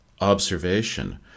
observation